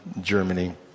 Germany